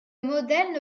modèle